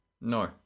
No